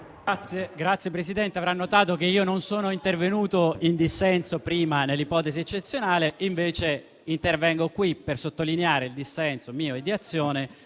Signor Presidente, avrà notato che non sono intervenuto in dissenso prima nell'ipotesi eccezionale, mentre intervengo qui per sottolineare il dissenso mio e di Azione